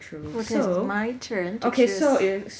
true cause so if you can excuse